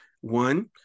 One